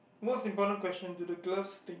most important question to the gloves thing